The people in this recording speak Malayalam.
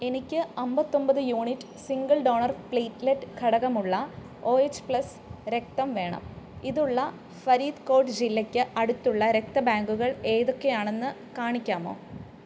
എനിക്ക് അമ്പത്തൊമ്പത് യൂണിറ്റ് സിംഗിൾ ഡോണർ പ്ളേറ്റ്ലെറ്റ് ഘടകമുള്ള ഒ എച്ച് പ്ലസ് രക്തം വേണം ഇതുള്ള ഫരീദ്കോട്ട് ജില്ലയ്ക്ക് അടുത്തുള്ള രക്തബാങ്കുകൾ ഏതൊക്കെയാണെന്ന് കാണിക്കാമോ